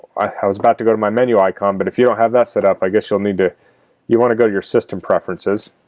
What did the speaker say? i was about to go to my menu icon, but if you don't have that set up i guess you'll need to you want to go your system preferences